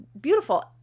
beautiful